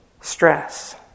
stress